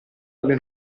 alle